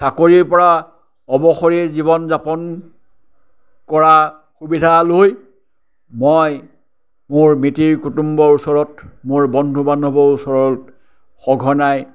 চাকৰিৰ পৰা অৱসৰি জীৱন যাপন কৰা সুবিধা লৈ মই মোৰ মিতিৰ কুটুম্বৰ ওচৰত মোৰ বন্ধু বান্ধৱৰ ওচৰত সঘনাই